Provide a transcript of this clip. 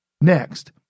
Next